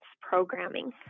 programming